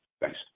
Thanks